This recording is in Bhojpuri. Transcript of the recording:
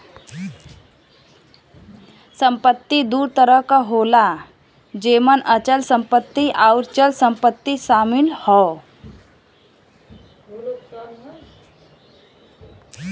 संपत्ति दू तरह क होला जेमन अचल संपत्ति आउर चल संपत्ति शामिल हौ